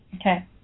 okay